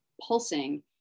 pulsing